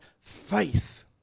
faith